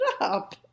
up